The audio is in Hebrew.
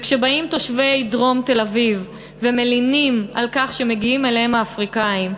וכשבאים תושבי דרום תל-אביב ומלינים על כך שמגיעים אליהם האפריקאים,